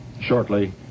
shortly